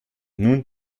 nun